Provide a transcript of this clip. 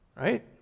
Right